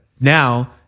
Now